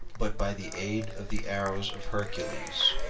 but by the aid of the arrows of hercules.